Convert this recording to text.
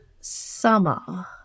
summer